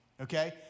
okay